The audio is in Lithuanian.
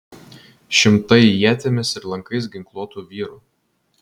šimtai ietimis ir lankais ginkluotų vyrų